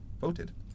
voted